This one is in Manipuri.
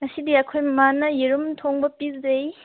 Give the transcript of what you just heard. ꯉꯁꯤꯗꯤ ꯑꯩꯈꯣꯏ ꯃꯃꯥꯅ ꯌꯦꯔꯨꯝ ꯊꯣꯡꯕ ꯄꯤꯖꯩ